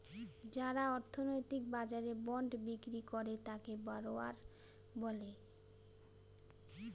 যারা অর্থনৈতিক বাজারে বন্ড বিক্রি করে তাকে বড়োয়ার বলে